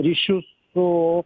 ryšius su